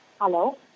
Hello